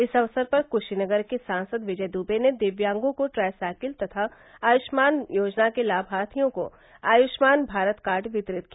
इस अवसर पर कुशीनगर के सांसद विजय दुबे ने दिव्यांगों को ट्राई साइकिल तथा आयुष्मान योजना के लाभार्थियों को आयुष्मान भारत कार्ड वितरित किया